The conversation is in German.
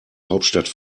hauptstadt